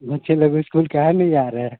बच्चे लोग इस्कूल काहे नहीं जा रहे है